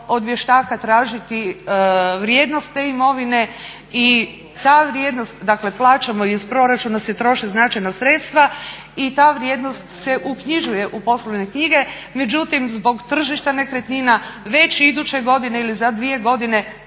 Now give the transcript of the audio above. od vještaka tražiti vrijednost te imovine i ta vrijednost, dakle plaćamo je, iz proračuna se troše značajna sredstva i ta vrijednost se uknjižuje u poslovne knjige. Međutim, zbog tržišta nekretnina već iduće godine ili za dvije godine